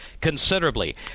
considerably